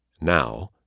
Now